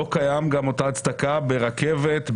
לא קיימת אותה הצדקה גם ברכבת,